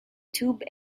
tube